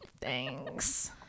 Thanks